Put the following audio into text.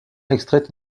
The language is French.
extraite